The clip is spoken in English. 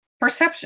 Perception